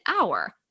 hour